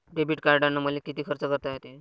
Debit कार्डानं मले किती खर्च करता येते?